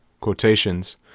quotations